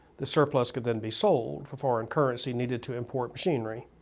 this surplus could then be sold for foreign currency needed to import machinery